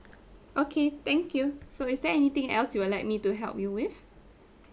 okay thank you so is there anything else you would like me to help you with